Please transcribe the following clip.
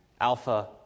Alpha